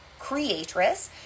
Creatress